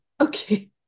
Okay